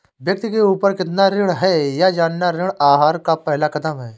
व्यक्ति के ऊपर कितना ऋण है यह जानना ऋण आहार का पहला कदम है